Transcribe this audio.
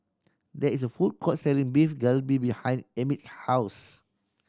there is a food court selling Beef Galbi behind Emmit's house